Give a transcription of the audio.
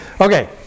Okay